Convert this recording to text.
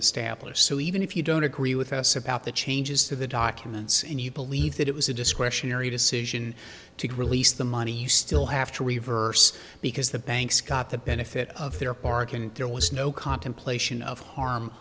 established so even if you don't agree with us about the changes to the documents and you believe that it was a discretionary decision to release the money you still have to reverse because the banks got the benefit of their bargain there was no